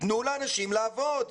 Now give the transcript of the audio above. תנו לאנשים לעבוד.